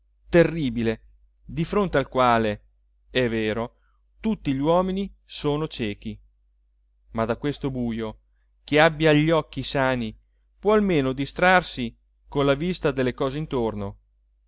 terribile di fronte al quale è vero tutti gli uomini sono ciechi ma da questo bujo chi abbia gli occhi sani può almeno distrarsi con la vista delle cose intorno